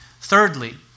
Thirdly